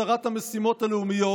שרת המשימות הלאומיות.